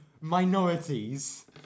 minorities